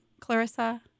Clarissa